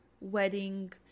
wedding